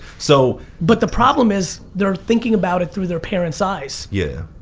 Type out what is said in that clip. so but the problem is they're thinking about it through their parents' eyes. yeah,